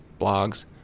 blogs